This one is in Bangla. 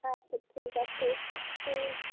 আচ্ছা ঠিক আছে তুই